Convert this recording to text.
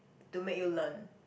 to make you learn